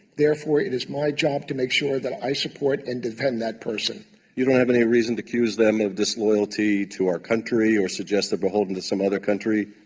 therefore it is my job to make sure that i support and defend that person you don't have any reason to accuse them of disloyalty to our country or suggest that beholden to some other country